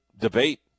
debate